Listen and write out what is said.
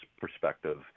perspective